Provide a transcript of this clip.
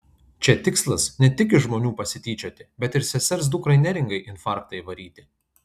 čia tikslas ne tik iš žmonių pasityčioti bet ir sesers dukrai neringai infarktą įvaryti